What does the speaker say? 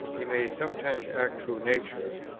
he may sometimes act through nature,